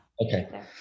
Okay